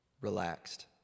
Relaxed